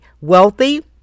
wealthy